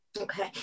Okay